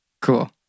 Cool